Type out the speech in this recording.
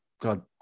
God